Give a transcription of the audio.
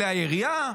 כלי הירייה.